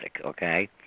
Okay